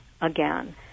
again